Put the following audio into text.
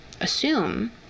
assume